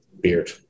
beard